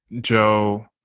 Joe